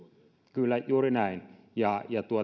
kyllä juuri näin ja ja